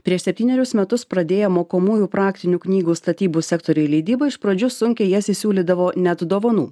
prieš septynerius metus pradėję mokomųjų praktinių knygų statybų sektoriuje leidybą iš pradžių sunkiai jas įsiūlydavo net dovanų